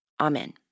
Amen